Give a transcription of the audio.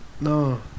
no